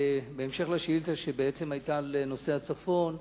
בהמשך לשאילתא שהיתה בנושא הצפון,